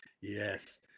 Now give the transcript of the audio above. Yes